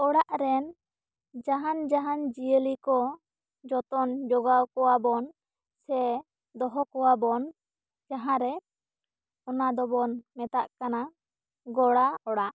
ᱚᱲᱟᱜ ᱨᱮᱱ ᱡᱟᱦᱟᱱ ᱡᱟᱦᱟᱱ ᱡᱤᱭᱟᱹᱞᱤ ᱠᱚ ᱡᱚᱛᱚᱱ ᱡᱚᱜᱟᱣ ᱠᱚᱣᱟ ᱵᱚᱱ ᱥᱮ ᱫᱚᱦᱚ ᱠᱚᱣᱟᱵᱚᱱ ᱡᱟᱦᱟᱸ ᱨᱮ ᱚᱱᱟ ᱫᱚ ᱵᱚᱱ ᱢᱮᱛᱟᱜ ᱠᱟᱱᱟ ᱜᱚᱲᱟ ᱚᱲᱟᱜ